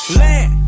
land